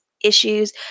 issues